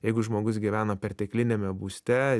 jeigu žmogus gyvena pertekliniame būste